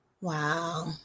Wow